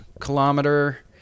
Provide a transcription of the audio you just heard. kilometer